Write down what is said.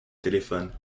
téléphone